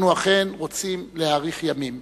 אנחנו אכן רוצים להאריך ימים